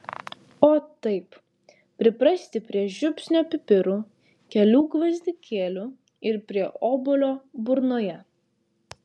o taip priprasti prie žiupsnio pipirų kelių gvazdikėlių ir prie obuolio burnoje